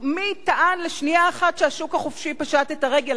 מי טען לשנייה אחת שהשוק החופשי פשט את הרגל?